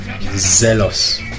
Zealous